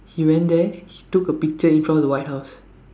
he went there he took a picture in front of the white house